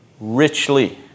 richly